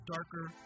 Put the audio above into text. Darker